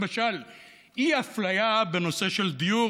למשל אי-אפליה בנושא של דיור,